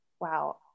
wow